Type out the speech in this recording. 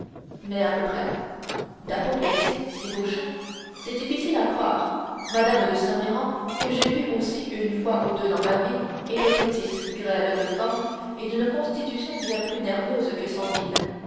mais à peu près d'apoplexie dit beauchamp c'est difficile à croire mme de saint méran que j'ai vue aussi une fois ou deux dans ma vie était petite grêle de formes et d'une constitution bien plus nerveuse que sanguine